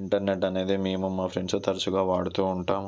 internet అనేది మేము మా ఫ్రెండ్స్ తరచుగా వాడుతూ ఉంటాం